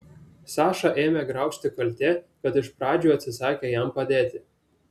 sašą ėmė graužti kaltė kad iš pradžių atsisakė jam padėti